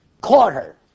quarter